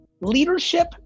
Leadership